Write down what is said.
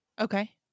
Okay